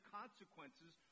consequences